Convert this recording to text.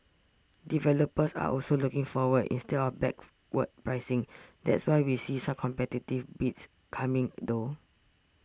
developers are also looking forward instead of backward pricing that's why we see such competitive bids coming though